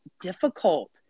difficult